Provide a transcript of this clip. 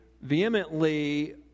vehemently